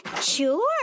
Sure